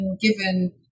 given